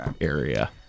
area